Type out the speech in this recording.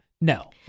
No